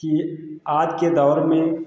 कि आज के दौर में